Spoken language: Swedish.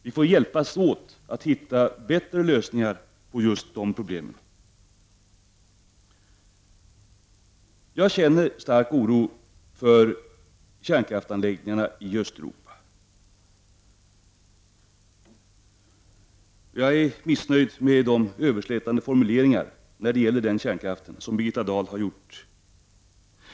Vi får hjälpas åt att hitta bättre lösningar på just de problemen. Jag känner en stark oro för kärnkraftsanläggningarna i Östeuropa. Jag är missnöjd med de överslätande formuleringar när det gäller den kärnkraften som Birgitta Dahl har använt.